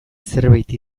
zerbait